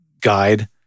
guide